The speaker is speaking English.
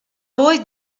boy